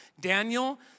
Daniel